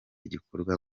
igikorwa